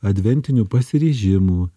adventinių pasiryžimų